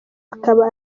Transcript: akaba